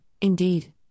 indeed